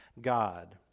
God